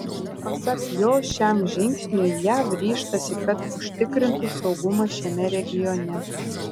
pasak jo šiam žingsniui jav ryžtasi kad užtikrintų saugumą šiame regione